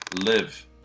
live